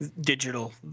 digital